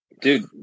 dude